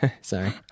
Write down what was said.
sorry